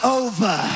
over